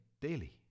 daily